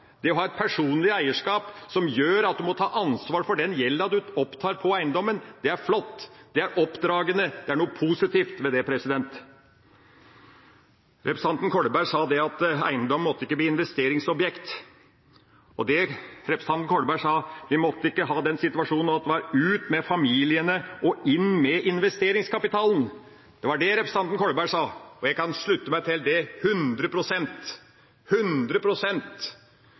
Det å ha et personlig eierskap som gjør at en må ta ansvar for den gjelda en opptar på eiendommen – det er flott! Det er oppdragende, og det er noe positivt ved det. Representanten Kolberg sa at eiendom ikke måtte bli investeringsobjekt. Representanten Kolberg sa at vi ikke måtte komme i den situasjonen at det blir ut med familiene og inn med investeringskapitalen. Det var det representanten Kolberg sa, og jeg kan slutte meg til det